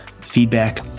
feedback